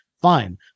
fine